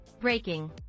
breaking